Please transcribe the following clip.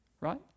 right